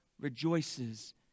rejoices